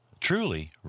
truly